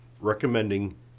recommending